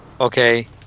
Okay